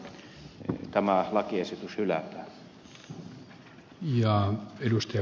esitän nyt että tämä lakiesitys hylätään